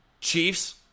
Chiefs